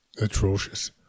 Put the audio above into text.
atrocious